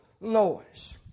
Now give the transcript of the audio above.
noise